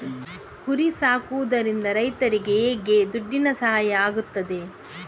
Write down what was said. ಕುರಿ ಸಾಕುವುದರಿಂದ ರೈತರಿಗೆ ಹೇಗೆ ದುಡ್ಡಿನ ಸಹಾಯ ಆಗ್ತದೆ?